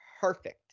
perfect